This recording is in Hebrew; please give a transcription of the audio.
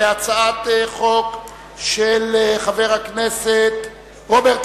אני קובע שהצעת חוק זכויות הסטודנט (תיקון,